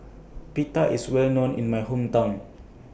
Pita IS Well known in My Hometown